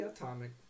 Atomic